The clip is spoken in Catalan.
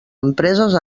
empreses